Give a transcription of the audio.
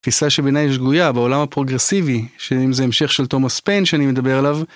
תפיסה שבעיניי שגויה בעולם הפרוגרסיבי שאם זה המשך של תומס פיין שאני מדבר עליו.